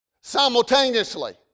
simultaneously